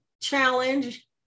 challenge